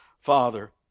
Father